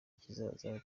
kizaza